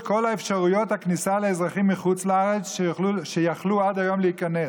כל אפשרויות הכניסה לאזרחים מחוץ לארץ שיכלו עד היום להיכנס,